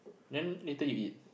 then later you eat